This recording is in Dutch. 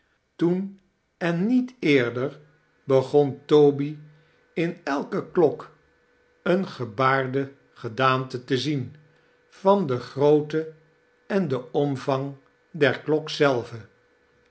toen en niet eerder begon toby in elke klok eene gebaarde gedaante te zien van de grootte en den omvang der klok zelve